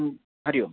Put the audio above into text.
हरिः ओम्